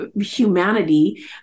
humanity